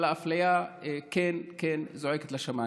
אבל האפליה זועקת לשמיים.